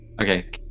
Okay